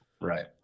Right